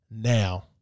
now